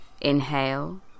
Inhale